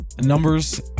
numbers